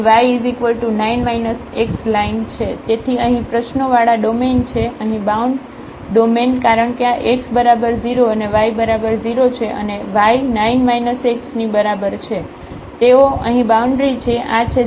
તેથી અહીં પ્રશ્નોવાળા ડોમેઇન છે અહીં બાઉન્ડ ડોમેન કારણ કે આ x બરાબર 0 અને y બરાબર 0 છે અને y 9 x ની બરાબર છે તેઓ અહીં બાઉન્ડ્રી છે આ છે 09 પોઇન્ટ આ છે 90 પોઇન્ટ